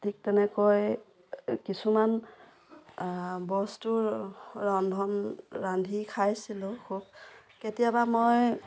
ঠিক তেনেকৈয়ে কিছুমান বস্তুৰ ৰন্ধন ৰান্ধি খাইছিলোঁ খুব কেতিয়াবা মই